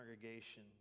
congregation